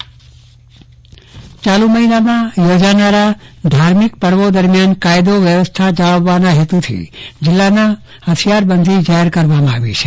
ચન્દ્રવદન પટ્ટણી હથિયારબંધી ચાલુ મહિનામાં યોજાનારા ધાર્મિક પર્વો દરમિયાન કાયદો વ્યવસ્થા જાળવવાના હેતુથી જિલ્લામાં હથિયારબંધી જાહેર કરવામાં આવી છે